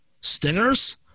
Stingers